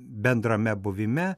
bendrame buvime